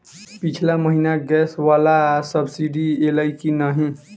पिछला महीना गैस वला सब्सिडी ऐलई की नहि?